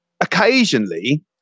occasionally